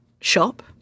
shop